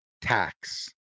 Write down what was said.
tax